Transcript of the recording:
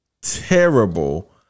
terrible